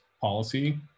policy